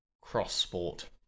cross-sport